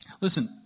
Listen